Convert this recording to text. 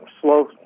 slow